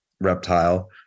Reptile